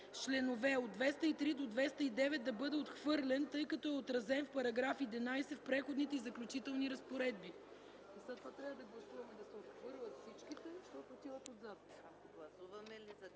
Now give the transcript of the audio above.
членове 203-209 да бъде отхвърлен, тъй като е отразен в § 11 в Преходните и заключителните разпоредби.